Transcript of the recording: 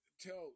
tell